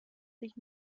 sich